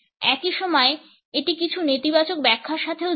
একই সময়ে এটি কিছু নেতিবাচক ব্যাখ্যার সাথেও যুক্ত